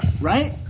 Right